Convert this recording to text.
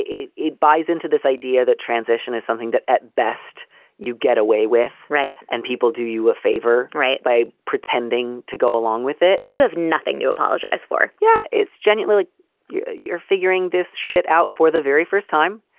it it buys into this idea that transition is something that at best you get away with. right. and people do you a favor, right. by pretending to go along with it and you have nothing to apologize for yeah. it's genuinely like you're you're figuring this shit out for the very first time.